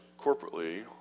corporately